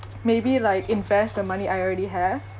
maybe like invest the money I already have